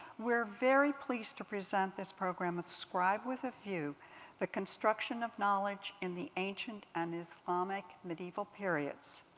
we're very pleased to present this program, a scribe with a view the construction of knowledge in the ancient and islamic medieval periods.